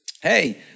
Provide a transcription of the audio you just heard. hey